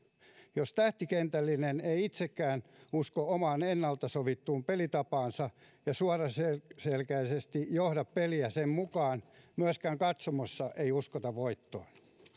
jos tähtikentällinen ei itsekään usko omaan ennalta sovittuun pelitapaansa ja suoraselkäisesti johda peliä sen mukaan myöskään katsomossa ei uskota voittoon